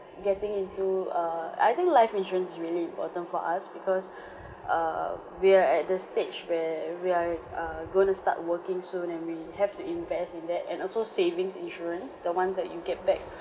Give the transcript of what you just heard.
getting into err I think life insurance is really important for us because err we are at the stage where we are err going to start working soon and we have to invest in that and also savings insurance the ones that you get back